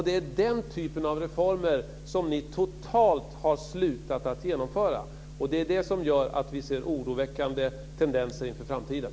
Det är den typen av reformer som ni totalt har slutat att genomföra. Det är det som gör att vi ser oroväckande tendenser inför framtiden.